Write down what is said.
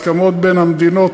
הסכמות בין המדינות,